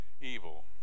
evil